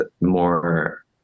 more